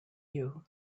you